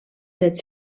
dret